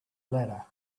ladder